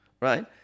right